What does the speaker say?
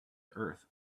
earth